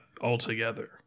altogether